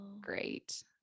great